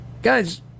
Guys